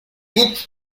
boop